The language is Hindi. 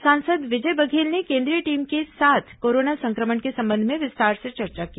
सांसद विजय बघेल ने केंद्रीय टीम के साथ कोरोना संक्रमण के संबंध में विस्तार से चर्चा की